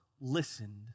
listened